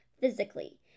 physically